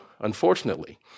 unfortunately